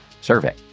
survey